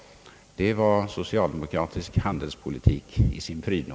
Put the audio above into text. Detta var socialdemokratisk handelspolitik i sin prydno.